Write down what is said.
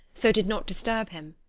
so did not disturb him.